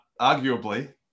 arguably